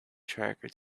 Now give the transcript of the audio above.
tracker